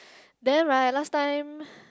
then right last time